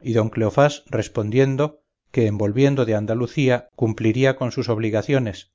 y don cleofás respondiendo que en volviendo del andalucía cumpliría con sus obligaciones